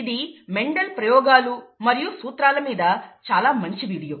ఇది మెండల్ ప్రయోగాలూ మరియు సూత్రాల మీద ఇది చాలా మంచి వీడియో